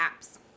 apps